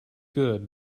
good